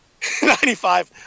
95